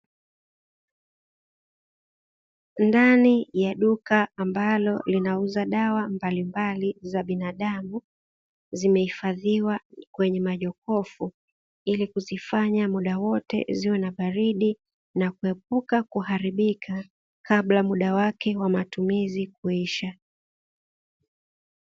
Ndani ya duka ambalo linauza dawa mbalimbali za binadamu zimehifadhiwa kwenye majokofu, ili kuzifanya muda wote ziwe na baridi na kuepuka kuharibika kabla muda wake wa matumizi kuisha.